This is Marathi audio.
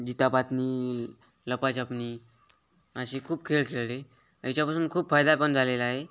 जितापातनी लपाछपी अशी खूप खेळ खेळले याच्यापासून खूप फायदा पण झालेला आहे